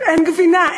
"אין גבינה?